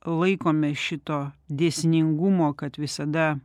laikomės šito dėsningumo kad visada